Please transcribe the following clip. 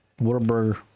Whataburger